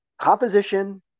composition